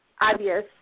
obvious